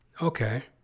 Okay